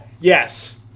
Yes